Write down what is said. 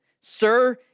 sir